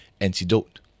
antidote